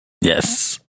Yes